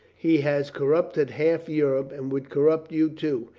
he has corrupted half europe. and would corrupt you, too,